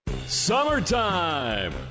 Summertime